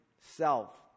self